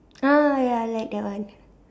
ah ya I like that one